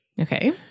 Okay